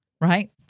right